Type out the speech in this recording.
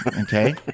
Okay